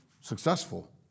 successful